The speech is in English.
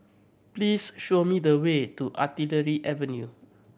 please show me the way to Artillery Avenue